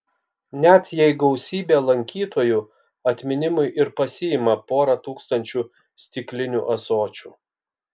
net jei gausybė lankytojų atminimui ir pasiima porą tūkstančių stiklinių ąsočių